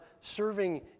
serving